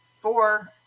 four